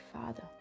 Father